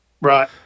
right